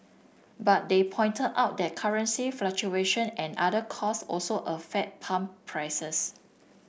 but they pointed out that currency fluctuation and other costs also affect pump prices